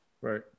Right